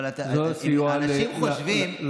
אבל אנשים חושבים,